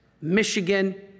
Michigan